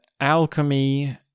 alchemy